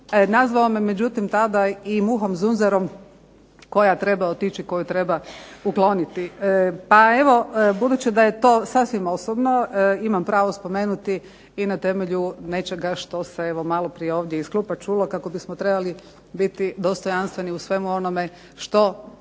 nazvao me međutim tada i muhom zunzarom koja treba otići koju treba ukloniti. Pa evo budući da je to sasvim osobno imam pravo spomenuti i na temelju nečega što se ovdje malo prije iz klupa čulo kako bismo trebali biti dostojanstveni u svemu onome što